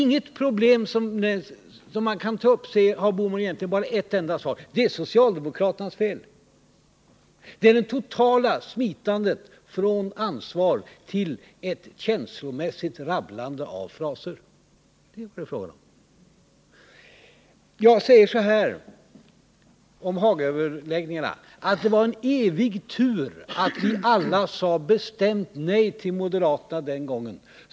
Herr Bohman har egentligen bara ett svar på alla problem som tas upp: Det är socialdemokraternas fel. Det är ett totalt smitande från ansvar och ett känslomässigt rabblande av fraser. Beträffande Hagaöverläggningarna vill jag säga att det var en evig tur att vi alla sade ett bestämt nej till moderaterna den gången.